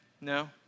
No